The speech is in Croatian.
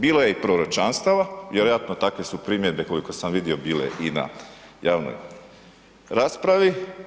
Bilo je je proročanstava, vjerojatno takve su primjedbe koliko sam vidio bile i na javnoj raspravi.